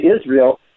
Israel